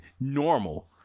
normal